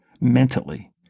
mentally